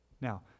Now